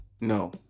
no